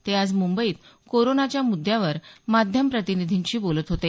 ते आज मुंबईत कोरोनाच्या मुद्दावर माध्यम प्रतिनिधींशी बोलत होते